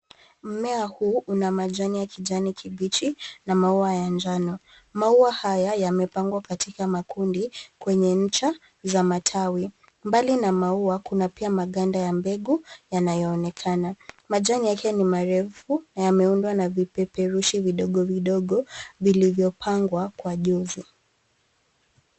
Mmea huu una majani ya kijani kibichi na maua ya njano. Maua haya yamepangwa katika makundi kwenye ncha za matawi. Mbali na maua, kuna pia maganda ya mbegu yanayoonekana. Majani yakiwa marefu na yameundwa na vipeperusho vidogo vidogo vilivyopangwa kwa ujuzi.